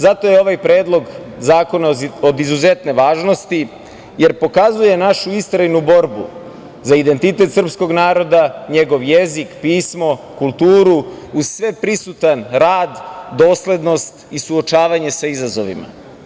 Zato je ovaj Predlog zakona od izuzetne važnosti, jer pokazuje našu istrajnu borbu za identitet srpskog naroda, njegov jezik, pismo, kulturu uz sve prisutan rad, doslednost i suočavanje sa izazovima.